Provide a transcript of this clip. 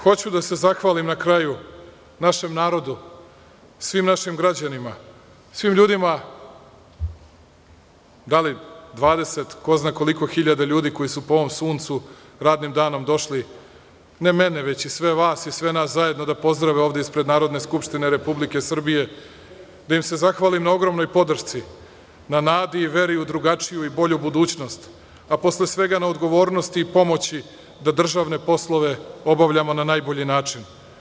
Hoću da se zahvalim na kraju našem narodu, svim našim građanima, svim ljudima, da li 20 ili ko zna koliko hiljada ljudi koji su po ovom suncu radnim danom došli ne mene, već i sve vas i sve nas zajedno da pozdrave ovde ispred Narodne skupštine Republike Srbije, da im se zahvalim na ogromnoj podršci, na nadi i veri u drugačiju i bolju budućnost, a posle svega na odgovornosti i pomoći da državne poslove obavljamo na najbolji način.